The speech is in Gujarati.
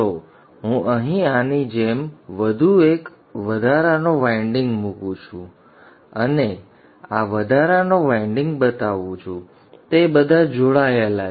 ચાલો હું અહીં આની જેમ વધુ એક વધારાનો વાઇન્ડિંગ મૂકું છું અને આ વધારાનો વાઇન્ડિંગ બતાવું છું તે બધા જોડાયેલા છે